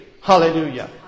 Hallelujah